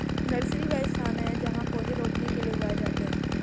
nursery, वह स्थान जहाँ पौधे रोपने के लिए उगाए जाते हैं